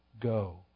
go